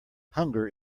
hunger